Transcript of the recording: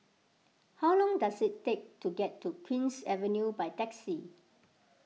how long does it take to get to Queen's Avenue by taxi